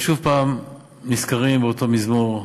ושוב הפעם נזכרים באותו מזמור.